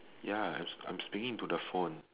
ya I'm I'm speaking into the phone